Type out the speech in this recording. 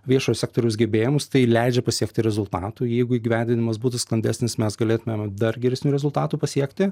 viešo sektoriaus gebėjimus tai leidžia pasiekti rezultatų jeigu įgyvendinimas būtų sklandesnis mes galėtumėm dar geresnių rezultatų pasiekti